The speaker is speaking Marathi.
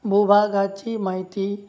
भूभागाची माहिती